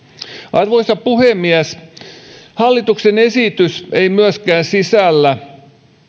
arvoisa puhemies hallituksen esitys ei myöskään sisällä